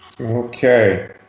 okay